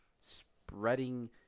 spreading